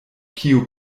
kiu